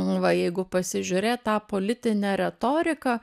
va jeigu pasižiūrėt tą politinę retoriką